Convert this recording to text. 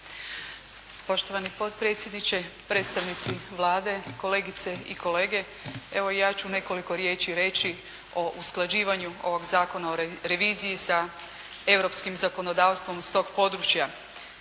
Poštovani potpredsjedniče, predstavnici Vlade, kolegice i kolege. Evo i ja ću nekoliko riječi reći o usklađivanju ovog Zakona o reviziji sa europskim zakonodavstvom s tog područja.